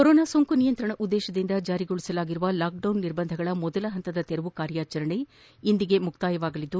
corona ಸೋಂಕು ನಿಯಂತ್ರಣ ಉದ್ದೇಶದಿಂದ ಜಾರಿಗೊಳಿಸಲಾಗಿರುವ ಲಾಕ್ಡೌನ್ ನಿರ್ಬಂಧಗಳ ಮೊದಲ ಹಂತದ ತೆರವು ಕಾರ್ಯಾಚರಣೆ ಇಂದಿಗೆ ಮುಕ್ತಾಯವಾಗಲಿದ್ದು